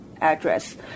address